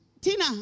Tina